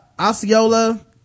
Osceola